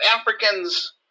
Africans